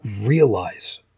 realize